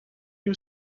you